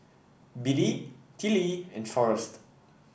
Biddie Tillie and Forrest